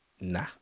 Nah